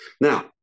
Now